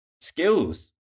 skills